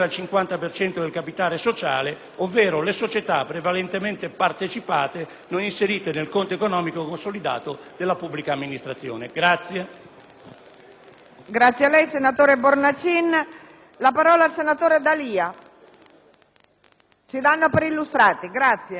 società prevalentemente partecipate non inserite nel conto economico consolidato della pubblica amministrazione operano